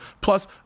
plus